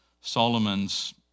Solomon's